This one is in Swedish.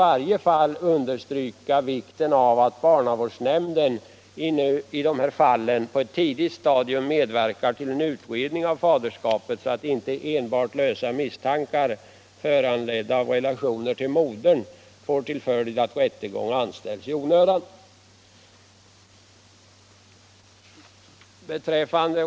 Denna vill understryka vikten av att barnavårdsnämnd i de fall det gäller på ett tidigt stadium medverkar till en utredning av faderskapet, så att inte enbart lösa misstankar föranledda av relationerna till modern får till följd att rättegång anställs i onödan.